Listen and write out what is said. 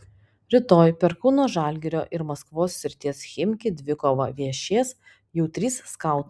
rytoj per kauno žalgirio ir maskvos srities chimki dvikovą viešės jau trys skautai